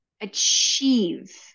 achieve